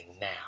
now